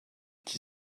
qui